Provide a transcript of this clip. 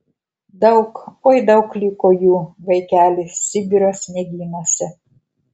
daug oi daug liko jų vaikeli sibiro sniegynuose